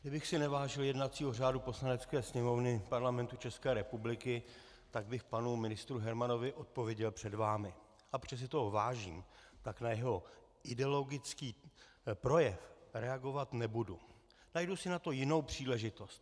Kdybych si nevážil jednacího řádu Poslanecké sněmovny Parlamentu České republiky, tak bych panu ministru Hermanovi odpověděl před vámi, ale protože si toho vážím, tak na jeho ideologický projev reagovat nebudu, najdu si na to jinou příležitost.